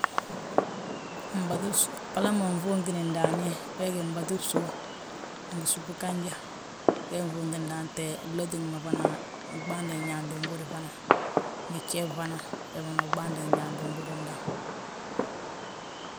Mabtu bsu, bbala ma nfuuŋti ndaani, be gí mbatu bsu, ngi súbi ganja, wee nfuuŋti ndaani. Te glotin wi ma fana wi ɓaandi, ginyaanti gudi fana. Ngi fjeeb fana, fe fana wi ɓaande ginyaanti gudi udaŋ.